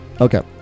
Okay